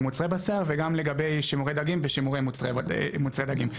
מוצרי בשר וגם לגבי שימורי דגים ושימורים מוצרי דגים.